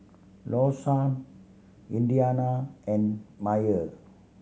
Lawson Indiana and Myer